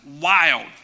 wild